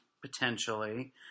potentially